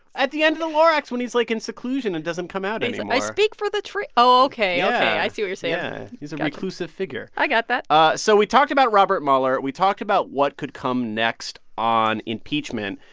at the end of the lorax, when he's, like, in seclusion and doesn't come out and i speak for the trees. oh, ok, ok. i see what you're saying yeah, yeah. he's a reclusive figure i got that ah so we talked about robert mueller. we talked about what could come next on impeachment.